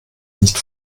nicht